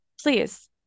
please